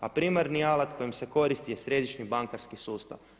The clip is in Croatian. A primarni alat kojim se koristi je središnji bankarski sustav.